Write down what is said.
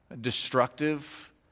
destructive